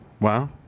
Wow